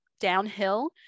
downhill